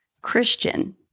Christian